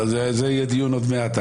על זה יהיה דיון עוד מעט.